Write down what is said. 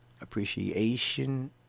appreciation